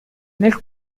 nel